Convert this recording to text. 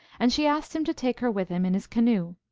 and she asked him to take her with him in his canoe.